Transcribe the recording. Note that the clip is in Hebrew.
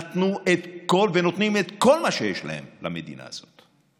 שנתנו ונותנים את כל מה שיש להם למדינה הזאת,